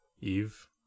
Eve